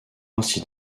ainsi